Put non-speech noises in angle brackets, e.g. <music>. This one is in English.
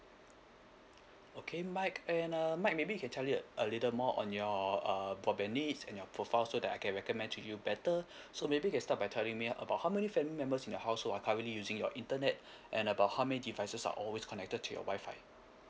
okay mike and err mike maybe you can tell here a little more on your err broadband needs and your profile so that I can recommend to you better <breath> so maybe you can start by telling me about how many family members in the house so are currently using your internet <breath> and about how many devices are always connected to your wifi